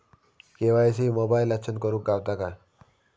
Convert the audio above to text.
KYC मोबाईलातसून करुक गावता काय?